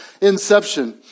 Inception